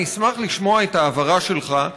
אני אשמח לשמוע את ההבהרה שלך.